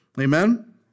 Amen